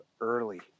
early